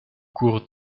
cours